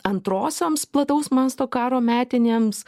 antrosioms plataus masto karo metinėms